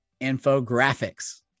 infographics